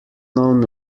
known